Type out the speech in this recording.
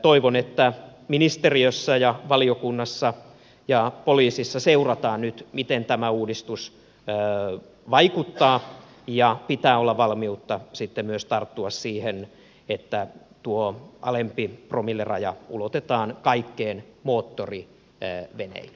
toivon että ministeriössä ja valiokunnassa ja poliisissa seurataan nyt miten tämä uudistus vaikuttaa ja pitää olla valmiutta sitten myös tarttua siihen että tuo alempi promilleraja ulotetaan kaikkeen moottoriveneilyyn ja vene